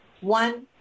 one